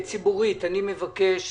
ציבורית אני מבקש